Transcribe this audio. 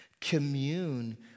commune